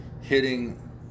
hitting